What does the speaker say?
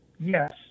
Yes